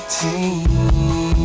team